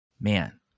Man